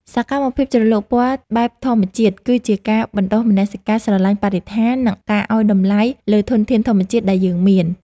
សកម្មភាពជ្រលក់ពណ៌បែបធម្មជាតិគឺជាការបណ្ដុះមនសិការស្រឡាញ់បរិស្ថាន និង ការឱ្យតម្លៃលើធនធានធម្មជាតិដែលយើងមាន។